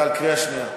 אתה על קריאה שנייה.